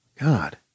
God